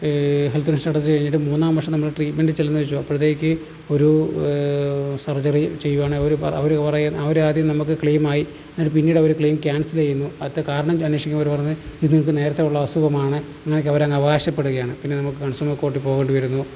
health insurance അടച്ച് കഴിഞ്ഞിട്ട് മൂന്നാം വർഷം നമ്മൾ ട്രീറ്റ്മെൻ്റിന് ചെല്ലുന്നതെന്ന് വച്ചോളൂ അപ്പോഴത്തേക്കും ഒരു സർജറി ചെയ്യുവാണെങ്കിൽ അവർ പറ അവർ പറയും അവർ ആദ്യം നമ്മൾക്ക് ക്ലെയിം ആയി എന്നിട്ട് പിന്നീട് ക്ലെയിം ക്യാൻസെല് ചെയ്യുന്നു അതിൻ്റെ അന്വേഷിക്കുമ്പോൾ അവർ പറയുന്നു ഇത് നിങ്ങൾക്ക് നേരത്തേയുള്ള അസുഖമാണ് അങ്ങനെയൊക്ക അവർ അവകാശപ്പെടുകയാണ് പിന്നെ നമ്മൾക്ക് കൺസ്യൂമർ കോർട്ടിൽ പോകേണ്ടി വരുന്നു